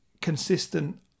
consistent